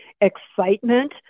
excitement